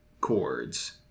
chords